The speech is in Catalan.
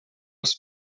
als